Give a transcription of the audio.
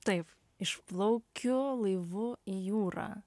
taip išplaukiu laivu į jūrą